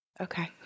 Okay